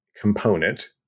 component